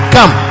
Come